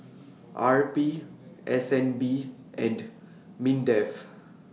R P S N B and Mindef